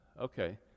okay